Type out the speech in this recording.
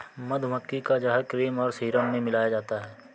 मधुमक्खी का जहर क्रीम और सीरम में मिलाया जाता है